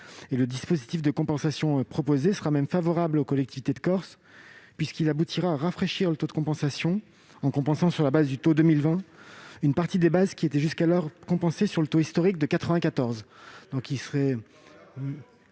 Le dispositif de compensation proposé sera même favorable aux collectivités de Corse, puisqu'il aboutira à rafraîchir le taux de compensation, en compensant sur la base du taux de 2020 une partie des bases qui était jusqu'alors compensée avec le taux historique de 1994.